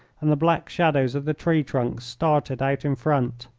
and the black shadows of the tree-trunks started out in front.